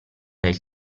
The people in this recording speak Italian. del